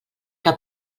que